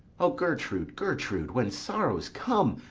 o gertrude, gertrude, when sorrows come,